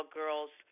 girls